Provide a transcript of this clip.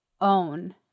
own